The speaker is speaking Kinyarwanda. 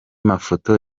mafoto